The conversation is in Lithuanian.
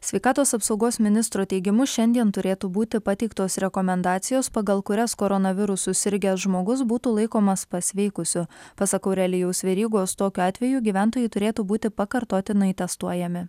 sveikatos apsaugos ministro teigimu šiandien turėtų būti pateiktos rekomendacijos pagal kurias koronavirusu sirgęs žmogus būtų laikomas pasveikusiu pasak aurelijaus verygos tokiu atveju gyventojai turėtų būti pakartotinai testuojami